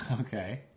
Okay